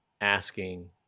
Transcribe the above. asking